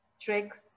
tricks